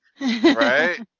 Right